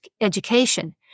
education